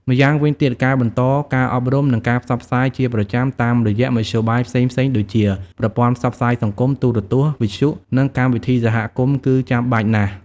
យ៉ាងវិញទៀត ការបន្តការអប់រំ និងការផ្សព្វផ្សាយជាប្រចាំតាមរយៈមធ្យោបាយផ្សេងៗដូចជា ប្រព័ន្ធផ្សព្វផ្សាយសង្គម ទូរទស្សន៍ វិទ្យុ និងកម្មវិធីសហគមន៍ គឺចាំបាច់ណាស់។